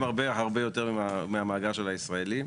הרבה הרבה יותר מהמאגר של הישראלים.